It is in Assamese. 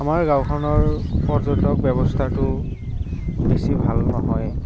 আমাৰ গাঁওখনৰ পৰ্যটক ব্যৱস্থাটো বেছি ভাল নহয়